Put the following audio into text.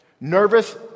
nervous